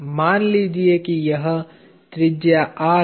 मान लीजिए कि यह त्रिज्या r है